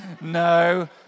No